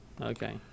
Okay